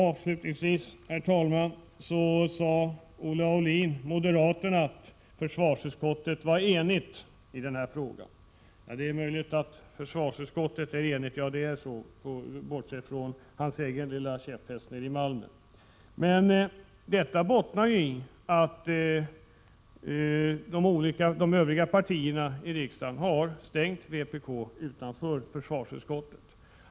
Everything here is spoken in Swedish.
Avslutningsvis, herr talman, sade Olle Aulin, moderaterna, att försvarsutskottet är enigt i denna fråga. De är möjligt att försvarsutskottet är enigt, i varje fall bortsett från Olle Aulins egen lilla käpphäst nere i Malmö, men det förhållandet bottnar i att vpk av de övriga partierna i riksdagen har ställts utanför försvarsutskottet.